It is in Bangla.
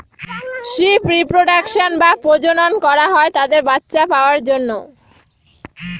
শিপ রিপ্রোডাক্সন বা প্রজনন করা হয় তাদের বাচ্চা পাওয়ার জন্য